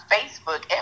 Facebook